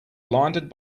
blinded